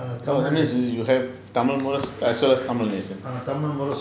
oh that means you have tamil Murasu as well as tamil Nesan